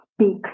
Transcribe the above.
speak